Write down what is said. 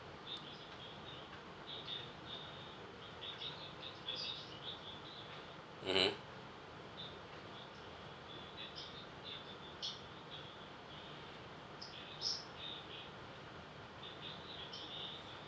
mmhmm